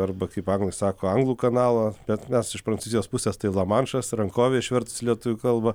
arba kaip anglai sako anglų kanalą bet mes iš prancūzijos pusės tai lamanšas rankovė išvertus į lietuvių kalbą